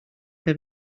que